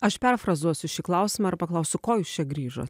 aš perfrazuosiu šį klausimą ir paklausiu ko jūs čia grįžo